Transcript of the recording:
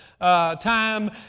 time